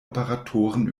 operatoren